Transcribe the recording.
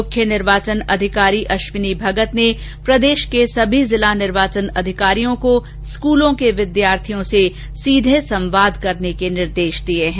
मुख्य निर्वाचन अधिकारी अश्विनी भगत ने प्रदेश के सभी जिला निर्वाचन अधिकारियों को स्कूलों के विद्यार्थियों से सीधे संवाद करने के निर्देश दिए हैं